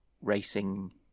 racing